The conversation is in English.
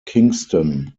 kingston